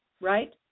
right